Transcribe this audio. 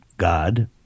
God